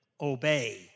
Obey